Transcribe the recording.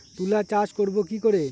তুলা চাষ করব কি করে?